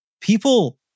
People